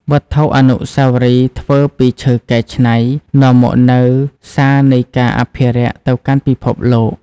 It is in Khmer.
វត្ថុអនុស្សាវរីយ៍ធ្វើពីឈើកែច្នៃ នាំមកនូវសារនៃការអភិរក្សទៅកាន់ពិភពលោក។